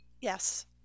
Yes